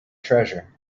treasure